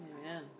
Amen